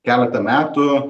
keletą metų